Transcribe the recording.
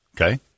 Okay